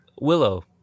Willow